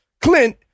Clint